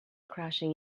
crashing